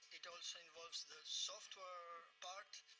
it also involves the software part,